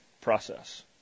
process